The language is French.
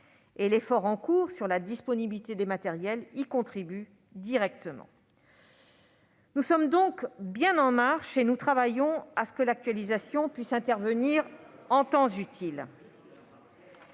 ; l'effort en cours sur la disponibilité des matériels y contribue directement. Nous sommes donc bien en marche vers l'actualisation : nous travaillons à ce qu'elle puisse intervenir en temps utile.